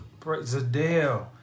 Zadell